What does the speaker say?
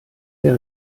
der